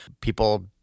people